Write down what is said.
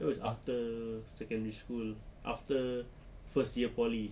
that was after secondary school after first year poly